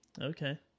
Okay